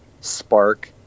spark